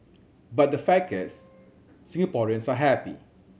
but the fact is Singaporeans are happy